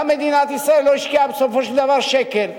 גם מדינת ישראל לא השקיעה בסופו של דבר שקל,